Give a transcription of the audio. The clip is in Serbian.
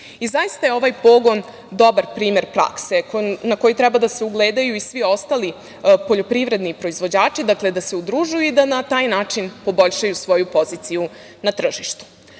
200%.Zaista je ovaj pogon dobar primer prakse na koji treba da se ugledaju i ostali poljoprivredni proizvođači, dakle da se udružuju i da na taj način poboljšaju svoju poziciju na tržištu. Koliko